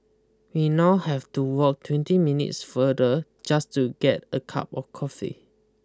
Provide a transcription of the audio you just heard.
we now have to walk twenty minutes farther just to get a cup of coffee